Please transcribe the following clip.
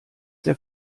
der